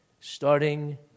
starting